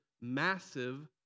massive